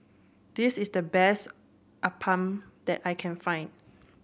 this is the best Appam that I can find